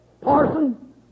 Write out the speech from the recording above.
Parson